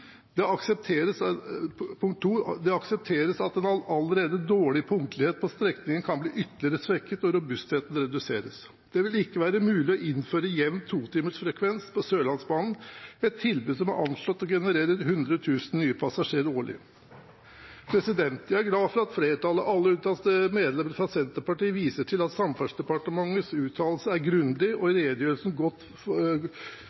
Det aksepteres at en allerede dårlig punktlighet på strekningen kan bli ytterligere svekket og robustheten reduseres. – Det vil ikke være mulig å innføre jevn totimersfrekvens på Sørlandsbanen, et tilbud som er anslått å generere 100 000 nye passasjerer årlig.» Jeg er glad for at komiteens flertall, alle unntatt medlemmet fra Senterpartiet, viser til at Samferdselsdepartementets uttalelse er grundig og redegjør godt for fordeler og ulemper ved gjenåpningen. I